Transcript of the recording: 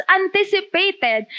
anticipated